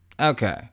okay